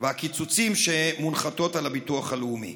והקיצוצים שמונחתים על הביטוח הלאומי.